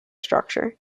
structure